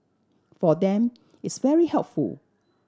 for them it's very helpful